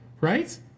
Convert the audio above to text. right